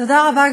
תודה רבה,